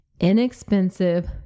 inexpensive